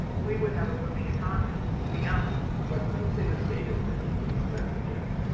we would have a booming economy we don't but some say the state is sending mixed messages.